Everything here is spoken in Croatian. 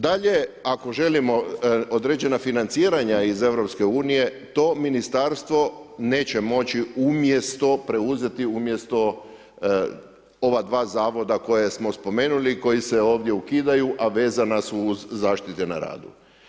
Dalje, ako želimo određena financiranja iz EU to ministarstvo neće moći umjesto, preuzeti umjesto ova dva zavoda koja smo spomenuli i koja se ovdje ukidaju a vezana su uz zaštite na radu.